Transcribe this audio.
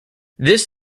this